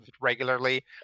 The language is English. regularly